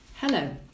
Hello